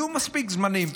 יהיו מספיק זמנים.